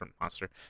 Monster